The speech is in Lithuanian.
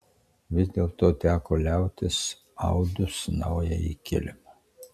vis dėlto teko liautis audus naująjį kilimą